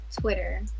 Twitter